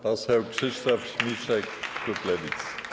Poseł Krzysztof Śmiszek, klub Lewicy.